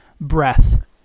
breath